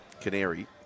Canary